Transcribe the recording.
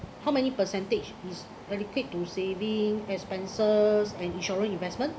how many percentage is allocate to saving expenses and insurance investment